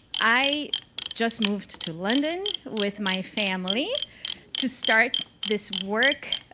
i just moved to london with my family to start this work,